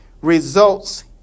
results